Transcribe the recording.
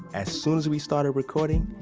as soon as we started recording,